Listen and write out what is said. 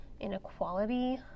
inequality